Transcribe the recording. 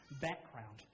background